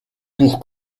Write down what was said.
pour